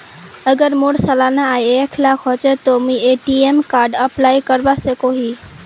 अगर मोर सालाना आय एक लाख होचे ते मुई ए.टी.एम कार्ड अप्लाई करवा सकोहो ही?